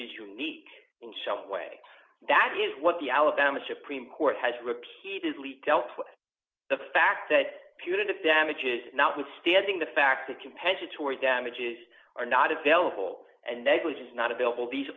unique in some way that is what the alabama supreme court has repeatedly dealt with the fact that punitive damages notwithstanding the fact that compensatory damages are not available and negligence not available these